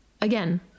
again